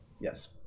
Yes